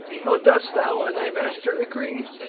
how dost thou and thy master agree?